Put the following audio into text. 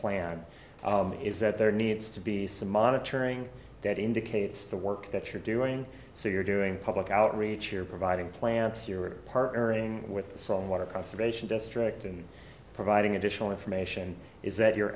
plan is that there needs to be some monitoring that indicates the work that you're doing so you're doing public outreach you're providing plants you're partnering with some water conservation district and providing additional information is that your